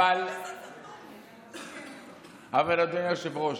אדוני היושב-ראש,